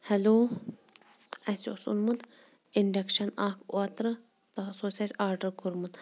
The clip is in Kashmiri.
ہیلو اَسہِ اوس اوٚنمُت اِنڈَکشَن اَکھ اوترٕ تہٕ سُہ اوس اَسہِ آرڈر کوٚرمُت